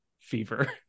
fever